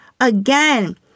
Again